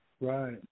Right